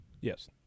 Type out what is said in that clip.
yes